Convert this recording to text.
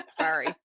sorry